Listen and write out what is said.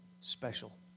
special